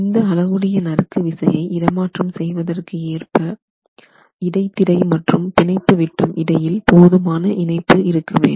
இந்த அளவுடைய நறுக்கு விசையை இடமாற்றம் செய்வதற்கு ஏற்ப இடைத்திரை மற்றும் பிணைப்பு விட்டம் இடையில் போதுமான இணைப்பு இருக்க வேண்டும்